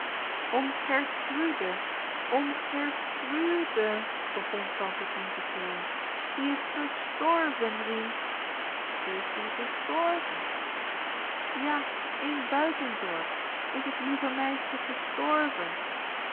om gertrude om gertru u de begon tante tien te schreeuwen die is gestorven rien is die gestorven ja in buitenzorg is het lieve meisje gestorven